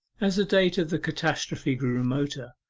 as the date of the catastrophe grew remoter,